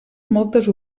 moltes